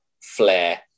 flair